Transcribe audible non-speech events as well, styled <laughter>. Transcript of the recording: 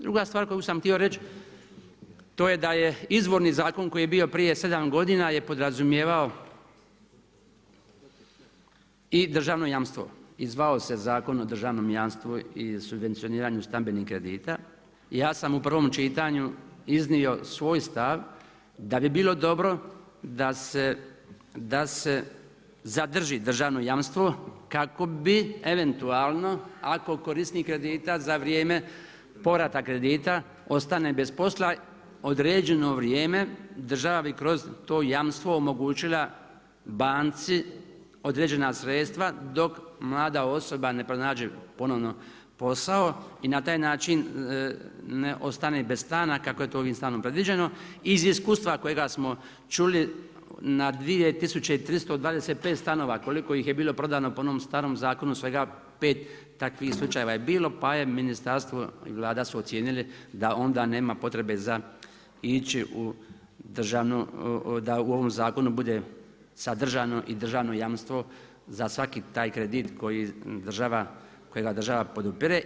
Druga stvar koju sam htio reći to je da je izvorni zakon koji je bio prije 7 godina, je podrazumijevao i državno jamstvo, i zvao se Zakon o državnom jamstvu i subvencioniranju stambenih kredita, ja sam u prvom čitanju iznio svoj stav da bi bilo dobro da se zadrži državno jamstvo kako bi eventualno, ako korisnik kredita za vrijeme povrata kredita ostane bez posla određeno vrijeme, državi kroz to jamstvo omogućila banci određena sredstva dok mlada osoba ne pronađe ponovno posao i na taj način ne ostane bez stana kako je to ovim … <unintelligible> predviđeno i iskustva kojega smo čuli na 2325 stanova, koliko ih je bilo prodano po onom starom zakonu, svega 5 takvih slučajeva je bilo, pa je ministarstvo, Vlada su ocijenili da onda nema potrebe za ići u, da u ovom zakonu bude sadržano i državno jamstvo za svaki taj kredit kojega država podupire.